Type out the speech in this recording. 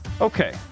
Okay